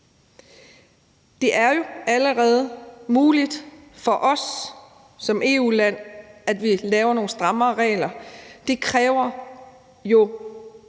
Det er jo allerede muligt for os som EU-land at lave nogle strammere regler. Det kræver jo